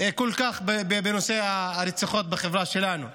כל כך ברציחות בחברה שלנו?